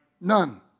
None